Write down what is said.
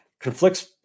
conflicts